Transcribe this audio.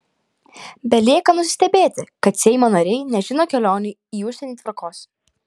belieka nusistebėti kad seimo nariai nežino kelionių į užsienį tvarkos